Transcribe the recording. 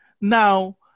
now